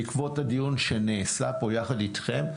הוא בעקבות הדיון שנעשה כאן יחד אתכם.